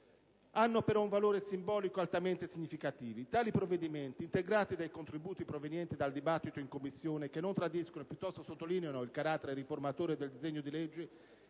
hanno però un valore simbolico altamente significativo: tali provvedimenti, integrati dai contributi provenienti dal dibattito in Commissione, che non tradiscono e piuttosto sottolineano il carattere riformatore del disegno di legge,